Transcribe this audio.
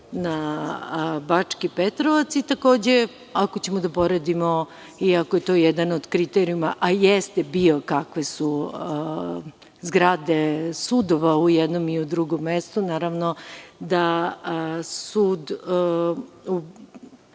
na Bački Petrovac. Ako ćemo da poredimo i ako je to jedan od kriterijuma, a jeste bio, kakve su zgrade sudova u jednom i u drugom mestu, naravno da sud